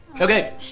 Okay